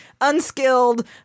unskilled